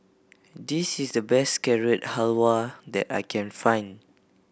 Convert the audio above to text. this is the best Carrot Halwa that I can find